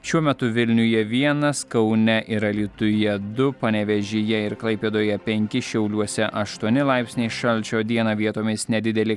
šiuo metu vilniuje vienas kaune ir alytuje du panevėžyje ir klaipėdoje penki šiauliuose aštuoni laipsniai šalčio dieną vietomis nedideli